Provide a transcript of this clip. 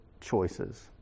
choices